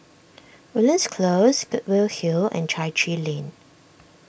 Woodlands Close Goodwood Hill and Chai Chee Lane